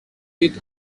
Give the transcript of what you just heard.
with